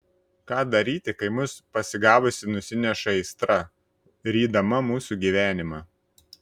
ką daryti kai mus pasigavusi nusineša aistra rydama mūsų gyvenimą